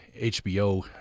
HBO